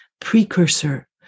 precursor